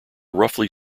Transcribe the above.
roughly